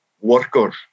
workers